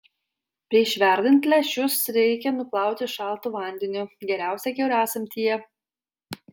prieš verdant lęšius reikia nuplauti šaltu vandeniu geriausia kiaurasamtyje